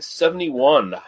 seventy-one